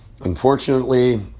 Unfortunately